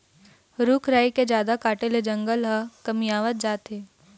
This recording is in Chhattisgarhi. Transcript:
रूख राई के जादा काटे ले जंगल ह कमतियावत जात हे